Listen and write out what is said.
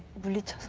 let's